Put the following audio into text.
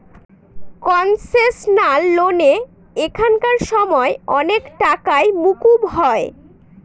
concessional লোনে এখানকার সময় অনেক টাকাই মকুব হয়